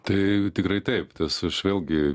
tai tikrai taip tas aš vėlgi